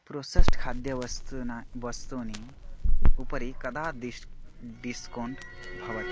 processed खाद्यवस्तु वस्तूनि उपरि कदा दिश् डिस्कौण्ट् भवति